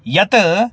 यत्